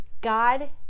God